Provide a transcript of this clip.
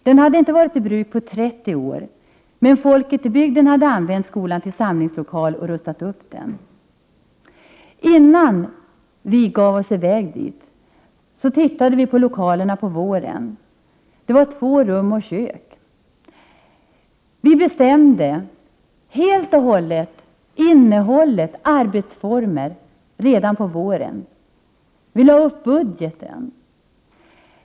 Den hade inte varit i bruk på 30 år, men folket i bygden hade använt skolan till samlingslokal och rustat upp den. Innan vi flyttade in där gav vi oss i väg för att titta på lokalerna. Det var två rum och kök. Vi bestämde helt och hållet innehåll och arbetsformer redan på våren. Vi lade upp budgeten.